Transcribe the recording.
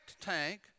tank